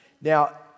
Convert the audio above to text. Now